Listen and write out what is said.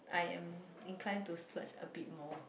I am incline to search a bit more